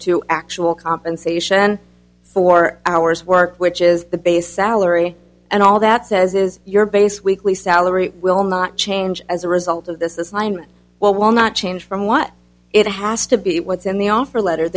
to actual compensation for hours work which is the base salary and all that says is your base weekly salary will not change as a result of this this line well will not change from what it has to be what's in the offer letter